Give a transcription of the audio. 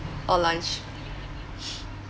or lunch